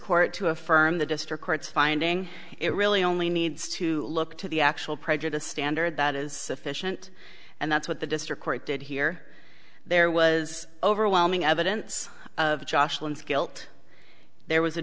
court to affirm the district court's finding it really only needs to look to the actual prejudiced standard that is sufficient and that's what the district court did hear there was overwhelming evidence of guilt there was a